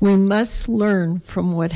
we must learn from what